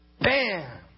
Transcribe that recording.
Bam